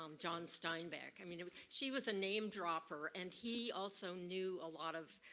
um john steinbach, i mean she was a name dropper. and he also knew a lot of,